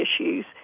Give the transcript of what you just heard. issues